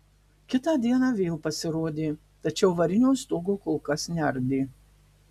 kitą dieną vėl pasirodė tačiau varinio stogo kol kas neardė